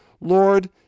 Lord